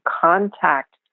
contact